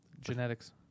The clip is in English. genetics